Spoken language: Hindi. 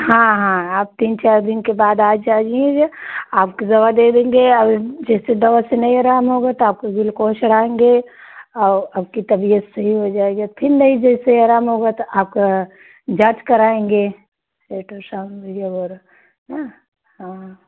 हाँ हाँ आप तीन चार दिन के बाद आ जाइएगा आपको दवा दे देंगे और जैसे दवा से नहीं आराम होगा तो आपको ग्लूकोज़ चढ़ाएँगे और आपकी तबियत सही हो जाएगी फिर नहीं जैसे आराम होगा तो आपकी जाँच कराएँगे अल्ट्रासाउण्ड वगैरह वगैरह हाँ